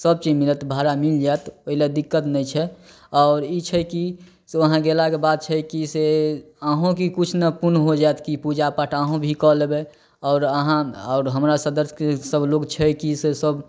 सबचीज मिलत भाड़ा मिलि जाएत ओहिलए दिक्कत नहि छै आओर ई छै कि से वहाँ गेलाके बाद छै कि से अहूँके किछु ने कि पुण्य हो जाएत कि पूजा पाठ अहूँ कि कऽ लेबै आओर अहाँ आओर हमरा सदर्शके सभलोग छै कि से सब